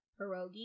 Pierogi